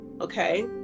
okay